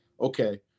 okay